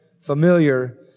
familiar